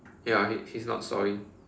ya okay he's not sawing